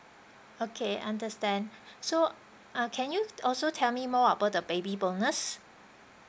okay understand so ah can you also tell me more about the baby bonus